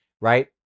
right